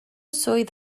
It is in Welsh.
swydd